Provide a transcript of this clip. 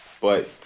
But-